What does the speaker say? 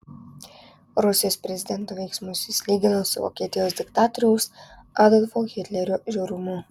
rusijos prezidento veiksmus jis lygino su vokietijos diktatoriaus adolfo hitlerio žiaurumu